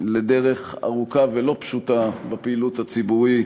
לדרך ארוכה ולא פשוטה בפעילות הציבורית,